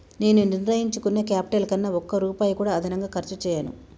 నేను నిర్ణయించుకున్న క్యాపిటల్ కన్నా ఒక్క రూపాయి కూడా అదనంగా ఖర్చు చేయను